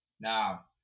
Now